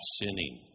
sinning